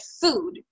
food